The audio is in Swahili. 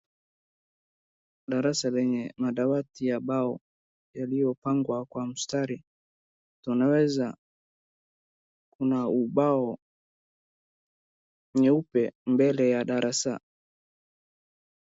Darasa lenye madawati ya bao yaliyopangwa kwa mstari tunaweza kuna ubao nyeupe mbele ya darasa.